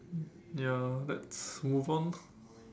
ya let's move on